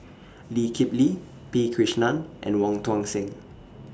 Lee Kip Lee P Krishnan and Wong Tuang Seng